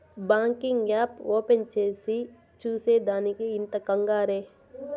banking app open చేసి చూసే దానికి ఇంత కంగారే